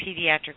pediatric